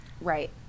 Right